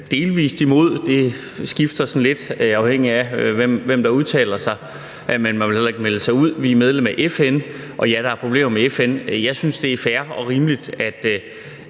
delvis imod – det skifter sådan lidt, afhængigt af hvem der udtaler sig – men man vil heller ikke melde sig ud. Vi er medlem af FN, og, ja, der er problemer med FN. Jeg synes, det er fair og rimeligt, at